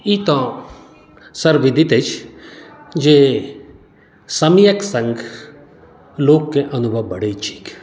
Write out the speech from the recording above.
ई तऽ सर्वविदित अछि जे समयक सङ्ग लोकके अनुभव बढ़ैत छैक